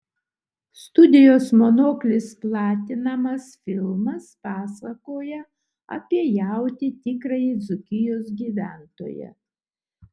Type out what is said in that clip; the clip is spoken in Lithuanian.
studijos monoklis platinamas filmas pasakoja apie jautį tikrąjį dzūkijos gyventoją